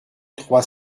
trois